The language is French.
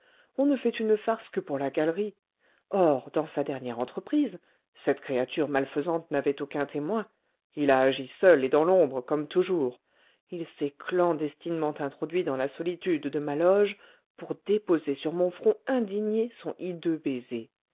on ne fait une farce que pour la galerie or dans sa dernière entreprise cette créature malfaisante n'avait aucun témoin il a agi seul et dans l'ombre comme toujours il s'est clandestinement introduit dans la solitude de ma loge pour déposer sur mon front indigné son hideux baiser